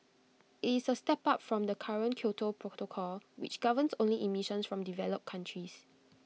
IT is A step up from the current Kyoto protocol which governs only emissions from developed countries